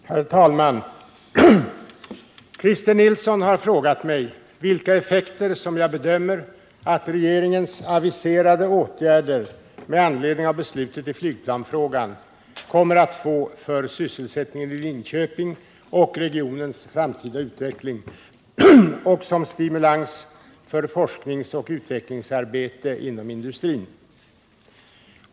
Herr talman! Christer Nilsson har frågat mig vilka effekter som jag bedömer att regeringens aviserade åtgärder med anledning av beslutet i flygplansfrågan kommer att få för sysselsättningen i Linköping och regionens framtida utveckling och som stimulans för forskningsoch utvecklingsarbete inom industrin.